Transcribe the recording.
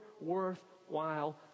worthwhile